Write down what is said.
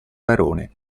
barone